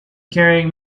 carrying